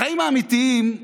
בחיים האמיתיים,